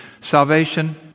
Salvation